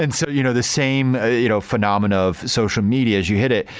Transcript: and so you know the same you know phenomena of social media, as you hit it,